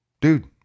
Dude